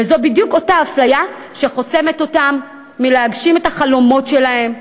וזו בדיוק אותה אפליה שחוסמת אותם מלהגשים את החלומות שלהם,